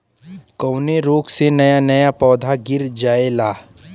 कवने रोग में नया नया पौधा गिर जयेला?